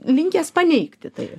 linkęs paneigti tai